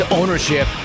ownership